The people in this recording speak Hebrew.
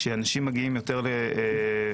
כשאנשים מגיעים יותר למיון,